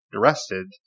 arrested